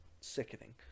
sickening